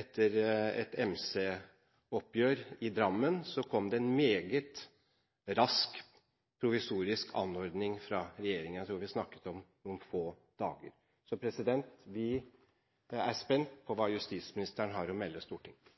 Etter et MC-oppgjør i Drammen kom det en meget rask provisorisk anordning fra regjeringen – jeg tror vi snakker om noen få dager. Vi er spent på hva justisministeren har å melde Stortinget.